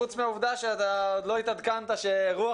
חוץ מהעובדה שלא התעדכנת שרוח